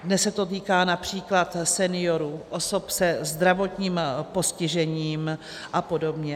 Dnes se to týká například seniorů, osob se zdravotním postižením apod.